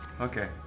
okay